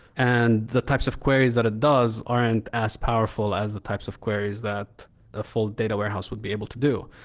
and the types of queries that it does aren't as powerful as the types of queries that a full data warehouse would be able to do.